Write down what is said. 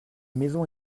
maison